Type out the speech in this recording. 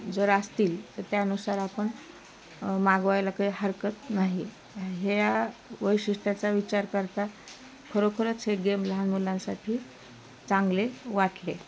जर असतील तर त्यानुसार आपण मागवायला काही हरकत नाही ह्या वैशिष्ट्याचा विचार करता खरोखरच हे गेम लहान मुलांसाठी चांगले वाटले